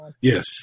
Yes